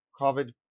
COVID